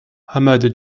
ahmad